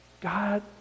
God